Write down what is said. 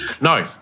no